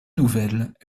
nouvelles